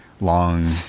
long